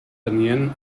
tenien